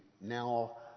Now